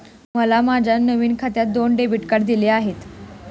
मला माझ्या नवीन खात्यात दोन डेबिट कार्डे दिली आहेत